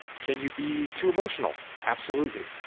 can you be too emotional? absolutely.